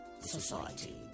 society